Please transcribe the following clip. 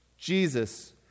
Jesus